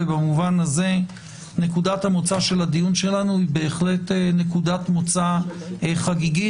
ובמובן הזה נקודת המוצא של הדיון שלנו היא בהחלט נקודת מוצא חגיגית,